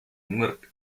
muerte